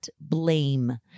blame